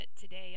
today